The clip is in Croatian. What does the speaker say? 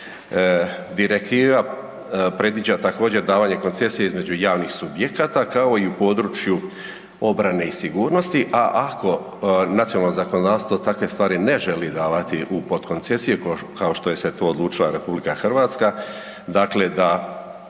Direktiva predviđa također, davanje koncesije između javnih subjekata kao i u području obrane i sigurnosti, a ako nacionalno zakonodavstvo takve stvari ne želi davati u potkoncesije, kao što je se to odlučila RH, dakle, da